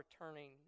returning